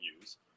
use